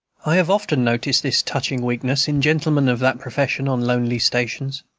i have often noticed this touching weakness, in gentlemen of that profession, on lonely stations.